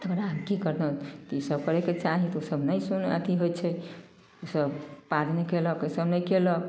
तकरबाद हम की करितहुँ ई सब करयके चाही तऽ सब नहि अथी होइ छै ई सब पाउज नहि कयलक ई सब नहि खेलक